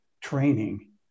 training